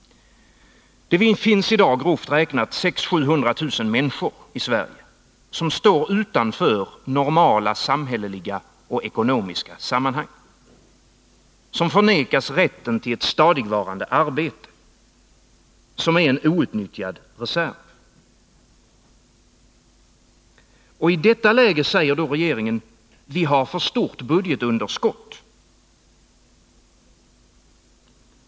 Det finns i dag 6 000-7 000 människor i Sverige som står utanför normala samhälleliga och ekonomiska sammanhang, som förvägras rätten till ett stadigvarande arbete, som är en outnyttjad reserv. I det läget säger regeringen: Vi har för stort budgetunderskott.